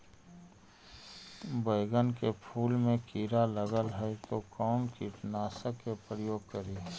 बैगन के फुल मे कीड़ा लगल है तो कौन कीटनाशक के प्रयोग करि?